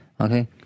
okay